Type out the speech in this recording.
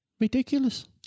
ridiculous